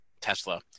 Tesla